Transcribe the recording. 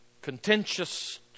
contentious